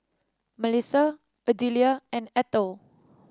Melissa Adelia and Ethel